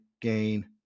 gain